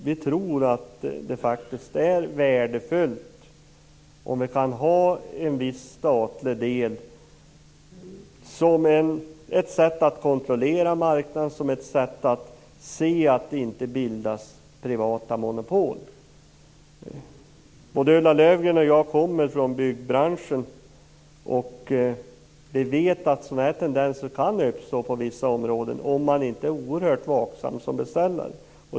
Vi tror att det faktiskt är värdefullt om det går att ha en viss statlig del; detta som ett sätt att kontrollera marknaden och som ett sätt att tillse att det inte bildas privata monopol. Både Ulla Löfgren och jag kommer från byggbranschen och vi vet att sådana tendenser kan uppstå på vissa områden om man inte är oerhört vaksam som beställare.